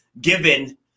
given